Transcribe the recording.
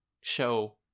show